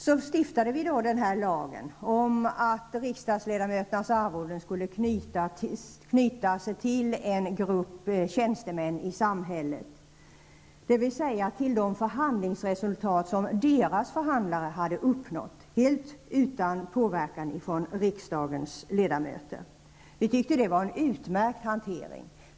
Så stiftade vi då lagen om att riksdagsledamöternas arvoden skulle knytas till lönerna för en grupp tjänstemän i samhället, dvs. till de förhandlingsresultat som deras förhandlare hade uppnått helt utan påverkan från riksdagens ledamöter. Vi tyckte det var en utmärkt hantering.